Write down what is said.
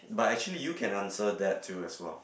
but actually you can answer that too as well